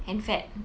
and fat